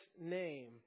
name